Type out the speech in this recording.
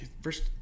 first